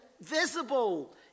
visible